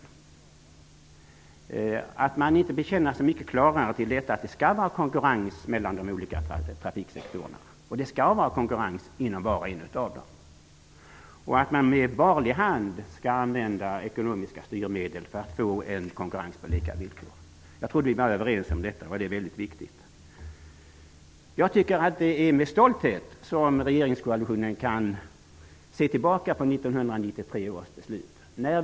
Jag tycker att det är ledsamt att man inte bekänner sig klarare till att det skall finnas konkurrens mellan de olika trafiksektorerna och inom var och en av dem och att man med varlig hand skall använda ekonomiska styrmedel för att få konkurrens på lika villkor. Jag trodde att vi var överens om detta. Det är väldigt viktigt. Jag tycker att regeringskoalitionen med stolthet kan se tillbaka på 1993 års beslut.